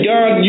God